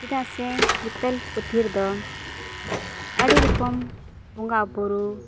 ᱪᱮᱫᱟᱜ ᱥᱮ ᱦᱤᱛᱟᱹᱞ ᱯᱩᱛᱷᱤ ᱨᱮᱫᱚ ᱟᱹᱰᱤ ᱨᱚᱠᱚᱢ ᱵᱚᱸᱜᱟᱼᱵᱩᱨᱩ